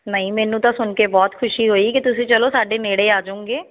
ਨਹੀਂ ਮੈਨੂੰ ਤਾਂ ਸੁਣ ਕੇ ਬਹੁਤ ਖੁਸ਼ੀ ਹੋਈ ਕਿ ਤੁਸੀਂ ਚਲੋ ਸਾਡੇ ਨੇੜੇ ਆ ਜਾਓਗੇ